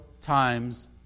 times